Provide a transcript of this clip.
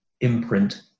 imprint